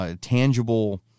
tangible